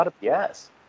Yes